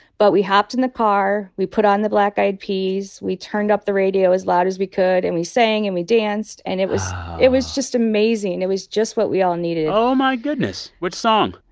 but we hopped in the car. we put on the black eyed peas. we turned up the radio as loud as we could. and we sang, and we danced. and it was it was just amazing. it was just what we all needed oh, my goodness. which song?